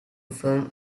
film